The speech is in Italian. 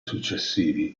successivi